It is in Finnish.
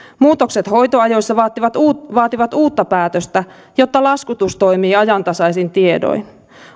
muutokset hoitoajoissa vaativat uutta vaativat uutta päätöstä jotta laskutus toimii ajantasaisin tiedoin